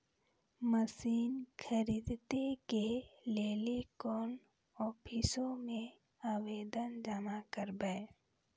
Machine खरीदै के लेली कोन आफिसों मे आवेदन जमा करवै?